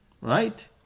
right